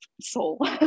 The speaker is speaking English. soul